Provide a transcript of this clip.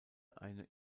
eine